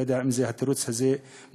אני לא יודע אם התירוץ הזה מוצדק